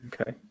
Okay